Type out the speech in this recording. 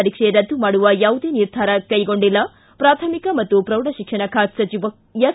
ಪರೀಕ್ಷೆ ರದ್ದು ಮಾಡುವ ಯಾವುದೇ ನಿರ್ಧಾರ ಕೈಗೊಂಡಿಲ್ಲ ಪ್ರಾಥಮಿಕ ಮತ್ತು ಪ್ರೌಢ ಶಿಕ್ಷಣ ಖಾತೆ ಸಚಿವ ಎಸ್